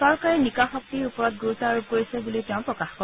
চৰকাৰে নিকা শক্তিৰ ওপৰত গুৰুত্ব আৰোপ কৰিছে বুলিও তেওঁ প্ৰকাশ কৰে